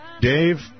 Dave